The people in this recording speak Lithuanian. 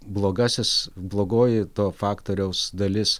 blogasis blogoji to faktoriaus dalis